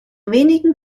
wenigen